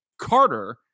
Carter